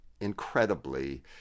incredibly